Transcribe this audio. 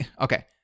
okay